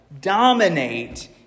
dominate